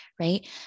right